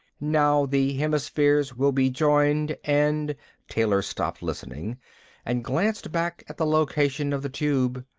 now the hemispheres will be joined and taylor stopped listening and glanced back at the location of the tube.